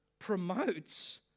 Promotes